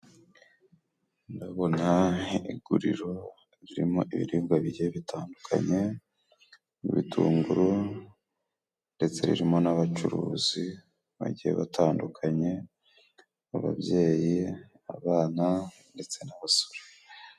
Ndabona iguriro ririmo ibiribwa bigiye bitandukanye, ibitunguru, ndetse ririmo n'abacuruzi bagiye batandukanye, ababyeyi, abana ndetse n'abasore.